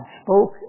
spoke